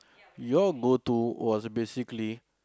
your go to was basically